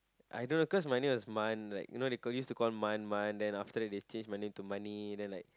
I don't know cause my name was Man like you know they call they use to call Man Man then after that they change my name to money then like